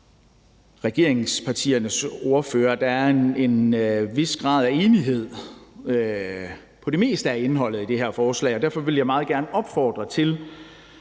regeringspartiernes ordførere, at der er en vis grad af enighed på det meste af indholdet i det her forslag, og derfor vil jeg meget gerne opfordre til,